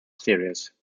series